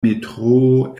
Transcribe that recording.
metroo